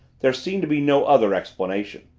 there seemed to be no other explanation.